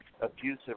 abusive